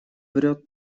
врёт